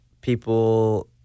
people